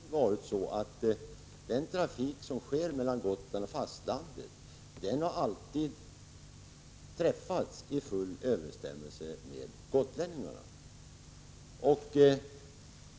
Fru talman! Vi talar om en tillfredsställande trafikförsörjning, men den trafik som sker mellan Gotland och fastlandet har alltid överenskommits i fullt samförstånd med gotlänningarna.